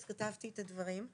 אז כתבתי את הדברים.